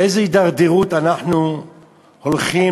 לאיזו הידרדרות אנחנו הולכים?